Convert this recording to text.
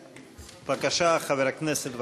בבקשה, חבר הכנסת וקנין.